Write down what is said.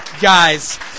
guys